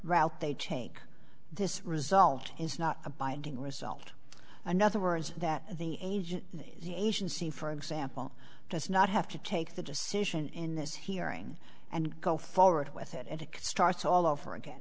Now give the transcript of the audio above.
route they take this result is not a binding result another words that the agent the agency for example does not have to take the decision in this hearing and go forward with it and it starts all over again